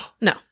no